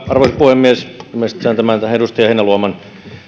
arvoisa puhemies vastaan tähän edustaja heinäluoman